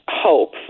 hope